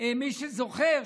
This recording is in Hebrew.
מי שזוכר,